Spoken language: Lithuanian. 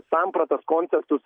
sampratas kontestus